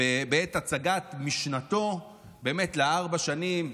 בעת הצגת משנתו באמת לארבע שנים,